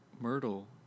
Myrtle